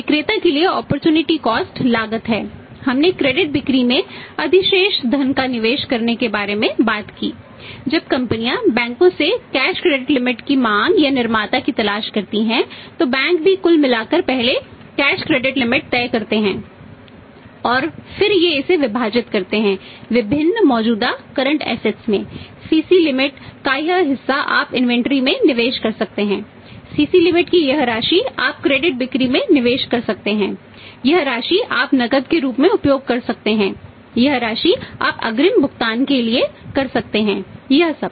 विक्रेता के लिए अपॉर्चुनिटी कॉस्ट बिक्री में निवेश कर सकते हैं यह राशि आप नकद के रूप में उपयोग कर सकते हैं यह राशि आप अग्रिम भुगतान करने के लिए कर सकते हैं यह सब